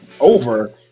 over